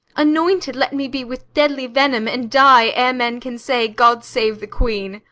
anointed let me be with deadly venom, and die ere men can say god save the queen!